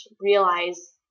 realize